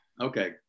Okay